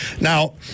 Now